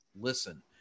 listen